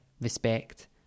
respect